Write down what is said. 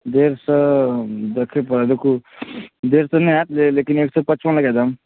डेढ़ सए देखै पड़त रुक्कू डेढ़ सए नहि होयत जे लेकिन एक सए पचपन लगा दिऔ